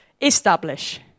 Establish